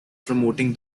promoting